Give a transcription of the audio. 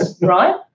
right